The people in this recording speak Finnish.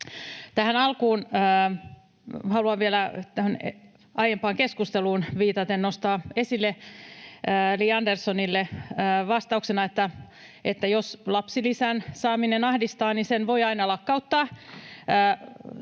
Tähän alkuun haluan vielä tähän aiempaan keskusteluun viitaten nostaa esille Li Anderssonille vastauksena, että jos lapsilisän saaminen ahdistaa, niin sen voi aina lakkauttaa.